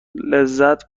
لذت